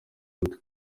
mutwe